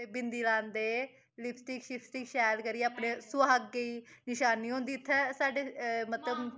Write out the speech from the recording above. ते बिंदी लांदे लिपस्टिक सिस्टिक शैल करियै अपने सुहागे दी निशानी होंदी इत्थै साड्डे मतलब